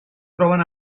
troben